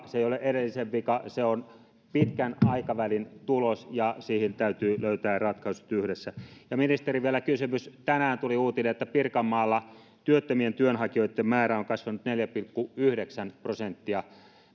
se ei ole edellisen vika se on pitkän aikavälin tulos ja siihen täytyy löytää ratkaisut yhdessä ministerille vielä kysymys tänään tuli uutinen että pirkanmaalla työttömien työnhakijoitten määrä on kasvanut neljä pilkku yhdeksän prosenttia